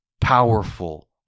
Powerful